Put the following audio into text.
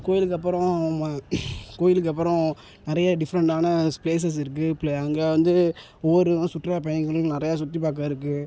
கோயிலுக்கு அப்புறம் ம கோயிலுக்கு அப்புறம் நிறைய டிஃப்ரெண்டான ப்ளேஸஸ் இருக்குது ப்ள அங்கே வந்து ஒவ்வொரு சுற்றுலாப் பயணிகளும் நிறையா சுற்றிப்பார்க்க இருக்குது